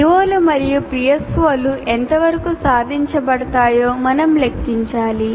PO లు మరియు PSO లు ఎంతవరకు సాధించబడతాయో మనం లెక్కించాలి